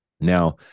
Now